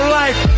life